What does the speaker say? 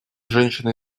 женщины